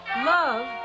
love